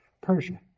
Persia